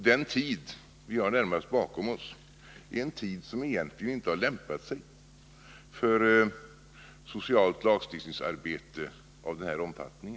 Den tid vi har närmast bakom oss är en tid som egentligen inte har lämpat sig för socialt lagstiftningsarbete av denna omfattning.